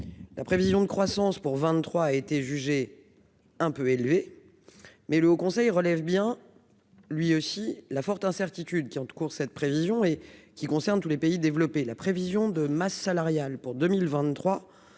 la prévision de croissance pour 23 a été jugée un peu élevée mais le Haut Conseil relève bien lui aussi la forte incertitude qui cours cette prévision et qui concerne tous les pays développés, la prévision de masse salariale pour 2023,